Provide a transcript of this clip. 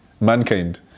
mankind